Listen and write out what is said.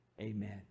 amen